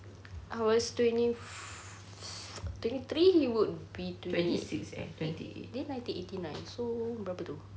I was twenty fo~ twenty three he would be twenty dia nineteen eighty nine so berapa tu